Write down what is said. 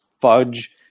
fudge